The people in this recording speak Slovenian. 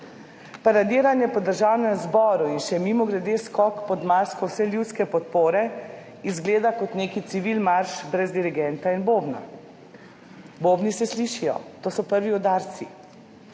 Paradiranje po Državnem zboru in še mimogrede skok pod masko vseljudske podpore izgleda kot neki civilmarš brez dirigenta in bobna, bobni se slišijo, to so prvi udarci.